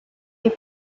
est